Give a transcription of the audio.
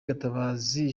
gatabazi